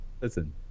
listen